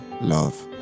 love